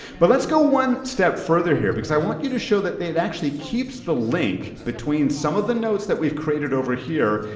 but let's go one step further here, because i want you to show that it actually keeps the link between some of the notes that we've created over here,